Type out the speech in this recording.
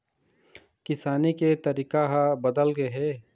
किसानी के तरीका ह बदल गे हे